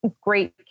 great